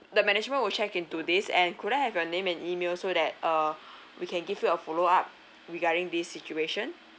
the management will check into this and could I have your name and email so that uh we can give you a follow up regarding this situation